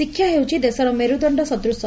ଶିକ୍ଷା ହେଉଛି ଦେଶର ମେରୁଦଣ୍ଡ ସଦୂଶ